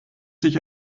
sich